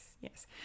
yes